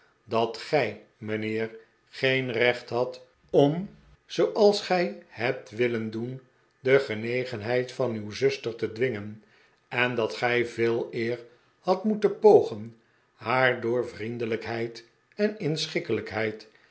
dat gij mijnheer geen recht had om zooals gij hebt willen doen de genegenheid van uw zuster te dwingen en dat gij veeleer had moe ten pogen haar door vriendelijkheid en